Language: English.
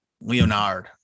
Leonard